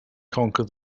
conquer